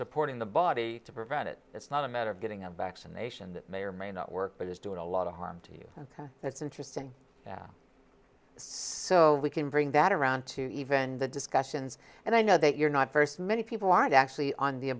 supporting the body to prevent it it's not a matter of getting a vaccination that may or may not work but is doing a lot of harm to you ok that's interesting so we can bring that around to even the discussions and i know that you're not very smelly people aren't actually on the